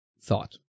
thought